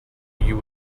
you